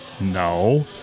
no